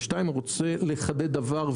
ושתיים רוצה לחדד דבר,